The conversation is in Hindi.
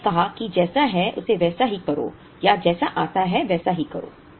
इसने कहा कि जैसा है उसे वैसा ही करो या जैसा आता है वैसा ही करो